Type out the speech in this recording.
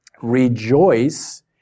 rejoice